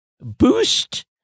boost